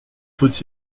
faut